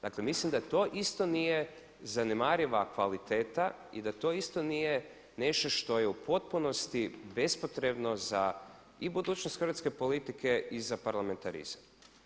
Dakle, mislim da to isto nije zanemariva kvaliteta i da to isto nije nešto što je u potpunosti bespotrebno za i budućnost hrvatske politike i za parlamentarizam.